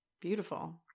Beautiful